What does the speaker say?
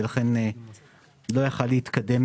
ולכן לא היה יכול להתקדם,